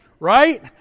Right